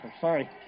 Sorry